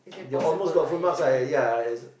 they almost got full marks lah ya